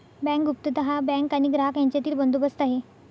bank गुप्तता हा bank आणि ग्राहक यांच्यातील बंदोबस्त आहे